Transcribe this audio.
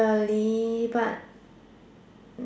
really but